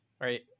right